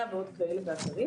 וכולל הקשבה,